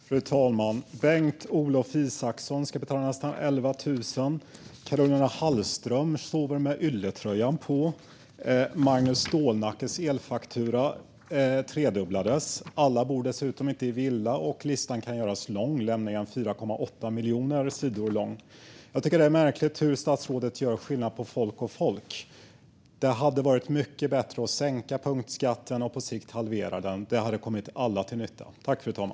Fru talman! Bengt-Olof Isaksson ska betala nästan 11 000 kronor, Caroline Hallström sover med ylletröjan på och Magnus Stålnackes elfaktura tredubblades. Alla bor dessutom inte i villa. Listan kan göras lång, nämligen 4,8 miljoner sidor lång. Jag tycker att det är märkligt hur statsrådet gör skillnad på folk och folk. Det hade varit mycket bättre att sänka punktskatten och på sikt halvera den. Det hade varit till nytta för alla.